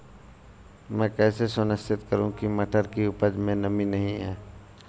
मैं कैसे सुनिश्चित करूँ की मटर की उपज में नमी नहीं है?